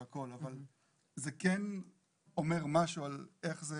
אבל זה כן אומר משהו על איך זה